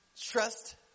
Trust